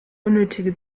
unnötige